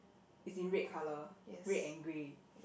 is in red colour red and grey